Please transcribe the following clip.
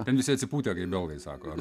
ten visi atsipūtę kaip belgai sako